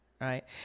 Right